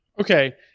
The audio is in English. Okay